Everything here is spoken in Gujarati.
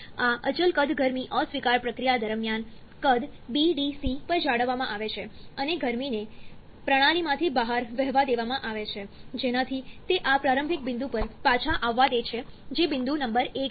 આ અચલ કદ ગરમી અસ્વીકાર પ્રક્રિયા દરમિયાન કદ BDC પર જાળવવામાં આવે છે અને ગરમીને પ્રણાલીમાંથી બહાર વહેવા દેવામાં આવે છે જેનાથી તે આ પ્રારંભિક બિંદુ પર પાછા આવવા દે છે જે બિંદુ નંબર 1 છે